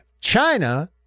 China